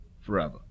forever